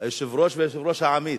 היושב-ראש והיושב-ראש העמית,